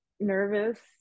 nervous